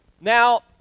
Now